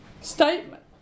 statement